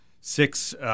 six